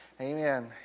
Amen